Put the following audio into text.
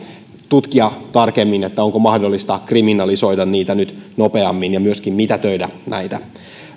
tutkia tarkemmin onko mahdollista kriminalisoida niitä nopeammin ja myöskin mitätöidä